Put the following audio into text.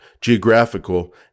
geographical